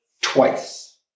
twice